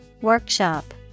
Workshop